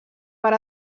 per